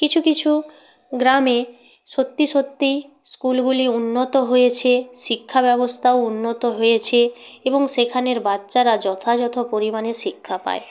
কিছু কিছু গ্রামে সত্যি সত্যি স্কুলগুলি উন্নত হয়েছে শিক্ষা ব্যবস্থাও উন্নত হয়েছে এবং সেখানের বাচ্চারা যথাযথ পরিমাণে শিক্ষা পায়